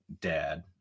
dad